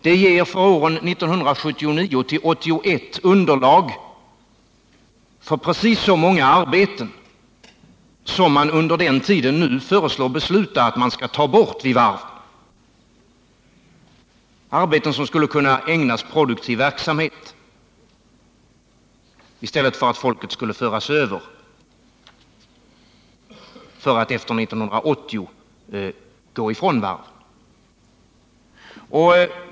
De ger för åren 1979-1981 underlag för precis så många arbeten som man nu föreslår att vi skall besluta att man under den tiden skall ta bort vid varven — arbeten som skulle kunna ägnas produktiv verksamhet i stället för att folket efter 1980 skulle gå ifrån varven.